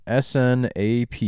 SNAP